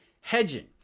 hedging